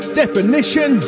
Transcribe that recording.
definition